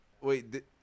Wait